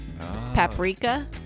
Paprika